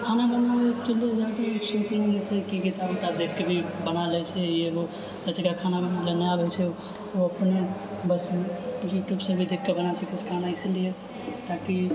खाना बनबैमे जैसे कि किताब विताब देखके भी बना लेइ छियै ये वो जैसे मानिलिय खाना बनाबै नहि आबै छै बस यू ट्यूबसँ भी देखिके बना सकै छियै कुछ खाना एसन भी है ताकि से मान लिअ खाना बनाबै न आबै छै बस यूट्यूबसँ भी देखके बना सकै छियै कुछ खाना एसन भी है ताकि